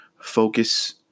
Focus